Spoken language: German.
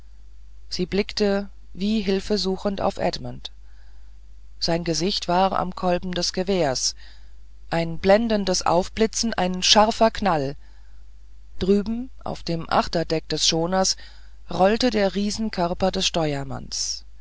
sie blickte wie hilfesuchend auf edmund sein gesicht war am kolben des gewehrs ein blendendes aufblitzen ein scharfer knall drüben auf dem achterdeck des schoners rollte der riesenkörper des steuermannes